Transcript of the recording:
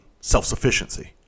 self-sufficiency